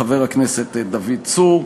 חבר הכנסת דוד צור,